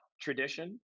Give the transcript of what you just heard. tradition